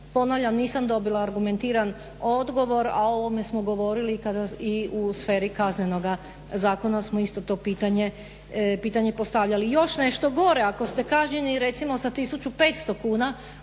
Ponavljam, nisam dobila argumentiran odgovor, a o ovome smo govorili i u sferi Kaznenoga zakona smo isto to pitanje postavljali. Još nešto gore, ako ste kažnjeni recimo sa 1500 kuna